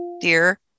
Dear